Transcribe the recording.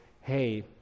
hey